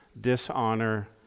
dishonor